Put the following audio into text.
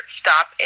stop